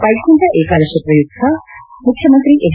ವೈಕುಂಕ ಏಕಾದಶಿ ಪ್ರಯುಕ್ತ ಮುಖ್ಯಮಂತ್ರಿ ಎಚ್